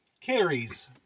Carries